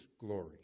glory